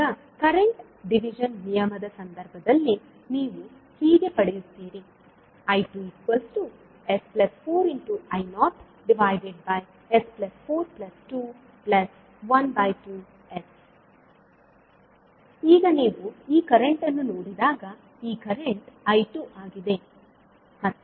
ಈಗ current division ನಿಯಮದ ಸಂದರ್ಭದಲ್ಲಿ ನೀವು ಹೀಗೆ ಪಡೆಯುತ್ತೀರಿ I2s4I0s4212s ಈಗ ನೀವು ಈ ಕರೆಂಟ್ ಅನ್ನು ನೋಡಿದಾಗ ಈ ಕರೆಂಟ್ I2 ಆಗಿದೆ